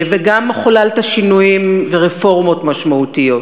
גם חוללת שינויים ורפורמות משמעותיות.